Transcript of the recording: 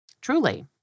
Truly